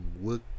work